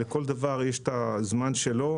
לכל דבר יש את הזמן שלו,